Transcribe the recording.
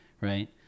right